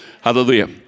Hallelujah